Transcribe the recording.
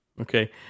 Okay